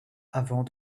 avant